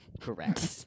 correct